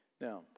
Now